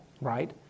right